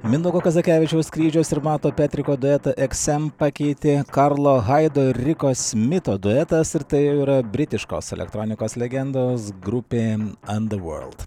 mindaugo kazakevičiaus kryžiaus ir mato petriko duetą eksem pakeitė karlo haido ir riko smito duetas ir tai yra britiškos elektronikos legendos grupė andervorld